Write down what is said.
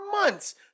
months